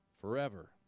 forever